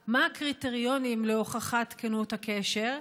3. מה הקריטריונים להוכחת כנות הקשר?